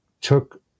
took